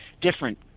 different